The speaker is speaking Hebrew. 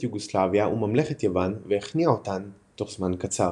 יוגוסלביה וממלכת יוון והכניע אותן תוך זמן קצר.